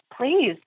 please